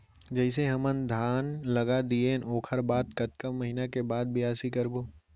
जइसे हमन धान लगा दिएन ओकर बाद कतका महिना के बाद बियासी करबो?